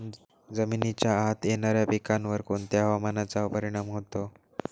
जमिनीच्या आत येणाऱ्या पिकांवर कोणत्या हवामानाचा परिणाम होतो?